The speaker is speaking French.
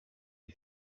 les